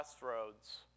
crossroads